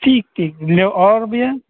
ٹھیک ٹھیک اور بھیا